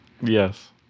Yes